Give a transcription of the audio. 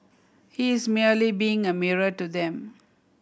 he is merely being a mirror to them